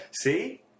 See